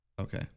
Okay